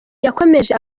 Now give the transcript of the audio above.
yakomeje